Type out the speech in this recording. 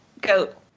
goat